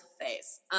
face